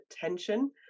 tension